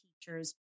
teachers